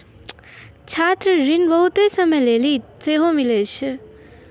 छात्र ऋण बहुते समय लेली सेहो मिलै छै